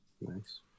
Nice